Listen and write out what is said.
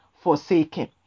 forsaken